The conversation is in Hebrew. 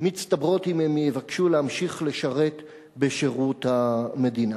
מצטברות אם הם יבקשו להמשיך לשרת בשירות המדינה.